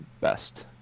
best